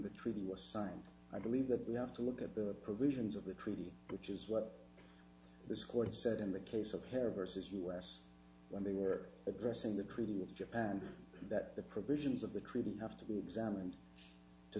the treaty was signed i believe that we have to look at the provisions of the treaty which is what this court said in the case of hair versus us when they were addressing the clearly with japan that the provisions of the treaty have to be examined to